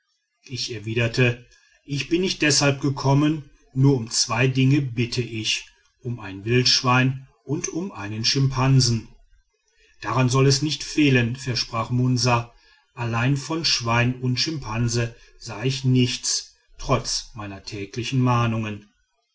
ich erwiderte ich bin nicht deshalb gekommen nur um zwei dinge bitte ich um ein wildschwein und um einen schimpanse daran soll es nicht fehlen versprach munsa allein von schwein und schimpanse sah ich nichts trotz meiner täglichen mahnungen